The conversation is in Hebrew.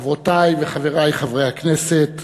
חברותי וחברי חברי הכנסת,